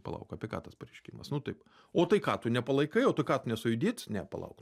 palauk apie ką tas pareiškimas nu taip o tai ką tu nepalaikai o tai ką tu ne sąjūdietis ne palauk